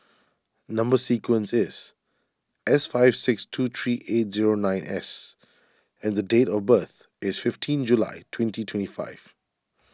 Number Sequence is S five six two three eight zero nine S and date of birth is fifteen July twenty twenty five